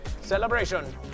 Celebration